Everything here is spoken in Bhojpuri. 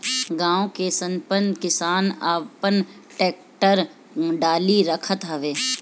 गांव के संपन्न किसान आपन टेक्टर टाली रखत हवे